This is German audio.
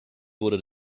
wurde